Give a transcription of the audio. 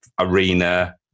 arena